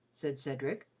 said cedric.